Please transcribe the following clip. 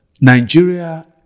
Nigeria